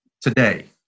today